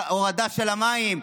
להורדה של המים,